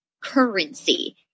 Currency